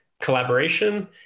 collaboration